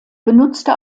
benutzte